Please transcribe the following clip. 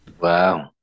Wow